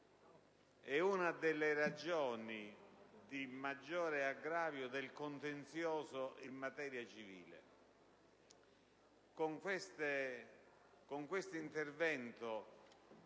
È una delle ragioni di maggiore aggravio del contenzioso in materia civile.